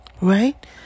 right